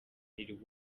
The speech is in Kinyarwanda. lil